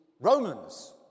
Romans